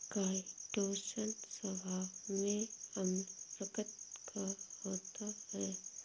chitosan स्वभाव में अम्ल प्रकृति का होता है